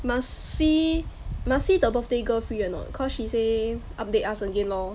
must see must see the birthday girl free or not cause she say update us again lor